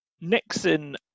Nixon